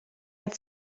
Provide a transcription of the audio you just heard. hat